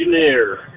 engineer